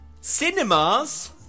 Cinemas